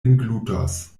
englutos